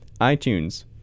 iTunes